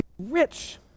rich